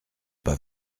pas